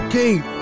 Okay